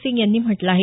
सिंग यांन म्हटलं आहे